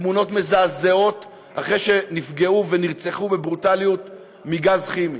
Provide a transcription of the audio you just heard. בתמונות מזעזעות אחרי שנפגעו ונרצחו בברוטליות מגז כימי.